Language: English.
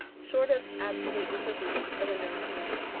short of absolute disobedience of a known command.